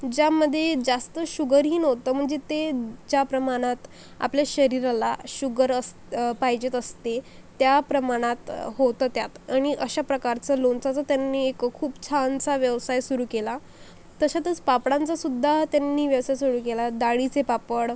ज्यामध्ये जास्त शुगरही नव्हतं म्हणजे ते ज्या प्रमाणात आपल्या शरीराला शुगर अस पाहिजेच असते त्या प्रमाणात होतं त्यात आणि अशा प्रकारचं लोणचाचा त्यांनी एक खूप छानसा व्यवसाय सुरू केला तशातच पापडांचासुद्धा त्यांनी व्यवसाय सुरू केला डाळीचे पापड